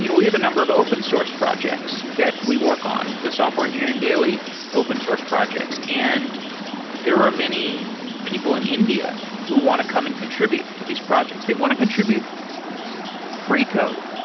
you know we have a number of open source projects that we work on, the software engineering daily open source projects. and there are many people in india who want to come and contribute to these projects. they want to contribute free code.